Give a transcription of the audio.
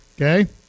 Okay